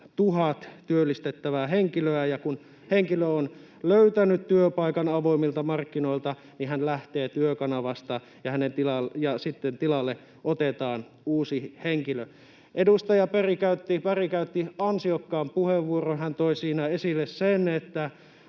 tuhat työllistettävää henkilöä, ja kun henkilö on löytänyt työpaikan avoimilta markkinoilta, hän lähtee Työkanavasta ja sitten tilalle otetaan uusi henkilö. Edustaja Berg käytti ansiokkaan puheenvuoron. Hän toi siinä esille sen, että